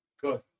Good